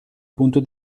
punto